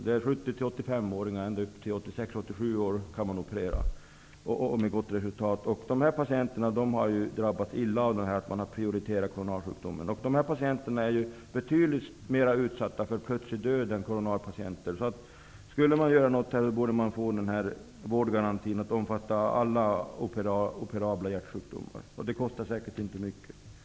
Man kan operera patienter som är ända upp till 87 år med gott resultat. Dessa patienter är ju betydligt mer utsatta för plötslig död än coronarpatienter. Om man skulle göra något, borde man få denna vårdgaranti att omfatta alla operabla hjärtsjukdomar. Det kostar säkert inte mycket.